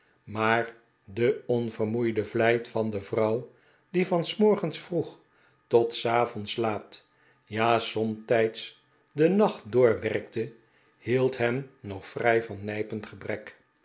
maar de onvermoeide vlijt van de vrouw die van s morgens vroeg tot s avonds laat ja somtijds den nacht door werkte hield hen nog vrij van nijpend gebrek